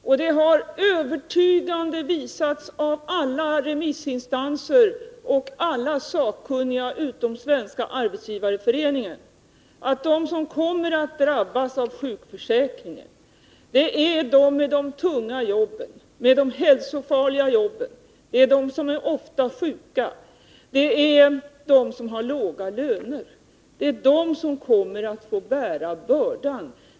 Och det har övertygande visats av alla remissinstanser och alla sakkunniga utom Svenska arbetsgivareföreningen att de som kommer att drabbas av sjukförsäkringsförslaget är de som har de tunga och hälsofarliga jobben, de som ofta är sjuka och de som har låga löner. Det är dessa som kommer att få bära bördan.